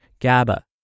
GABA